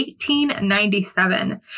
1897